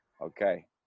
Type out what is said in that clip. Okay